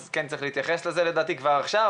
אז לדעתי צריך להתייחס לזה כבר עכשיו,